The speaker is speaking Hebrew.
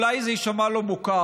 אולי זה יישמע לו מוכר,